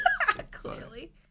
Clearly